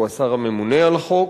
שהוא השר הממונה על החוק,